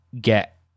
get